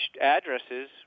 addresses